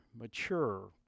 mature